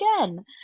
again